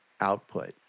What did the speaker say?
output